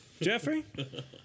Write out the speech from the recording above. Jeffrey